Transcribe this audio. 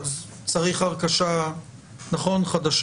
צריך הרכשה חדשה, נכון?